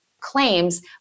claims